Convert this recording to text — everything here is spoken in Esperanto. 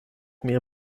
mia